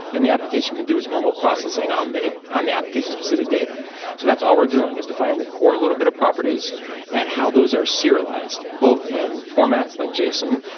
then the application can do is normal processing um on the application specific data so that's all we're doing is defining the core little bit of properties and how those are serialized, both in formats, like json,